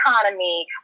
economy